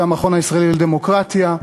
והמכון הישראלי לדמוקרטיה.